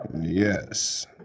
Yes